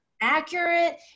accurate